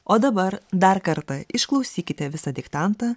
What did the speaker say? o dabar dar kartą išklausykite visą diktantą